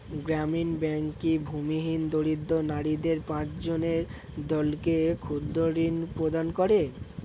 গ্রামীণ ব্যাংক কি ভূমিহীন দরিদ্র নারীদের পাঁচজনের দলকে ক্ষুদ্রঋণ প্রদান করে?